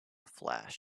flash